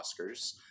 oscars